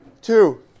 Two